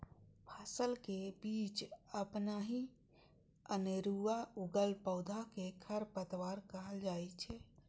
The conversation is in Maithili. फसलक बीच अपनहि अनेरुआ उगल पौधा कें खरपतवार कहल जाइ छै